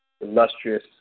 illustrious